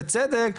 בצדק,